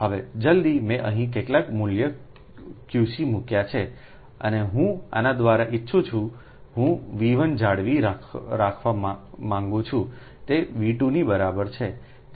હવે જલદી મેંઅહીંકેટલાક મૂલ્યQCમૂક્યા છેહું આના દ્વારા ઇચ્છું છું હુંV1 જાળવી રાખવા માંગું છુંતેV2 નીબરાબર છે